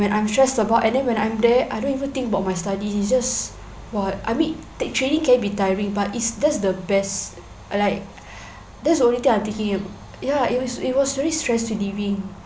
when I'm stressed about and then when I'm there I don't even think about my studies it's just !wah! I mean training can be tiring but is that's the best like that's only thing I'm thinking of ya it was it was really stress relieving